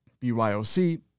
BYOC